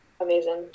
amazing